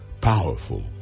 powerful